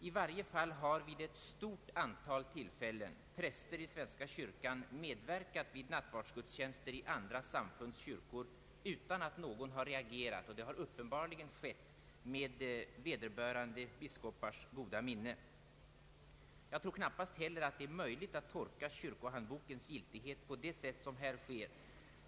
I varje fall har vid ett stort antal tillfällen präster i svenska kyrkan medverkat vid nattvardsgudstjänster i andra samfunds kyrkor utan att någon har reagerat, och det har up penbarligen skett med vederbörande biskopars goda minne. Enligt min mening torde det knappast vara möjligt att tolka kyrkohandboken på det sätt som här sker.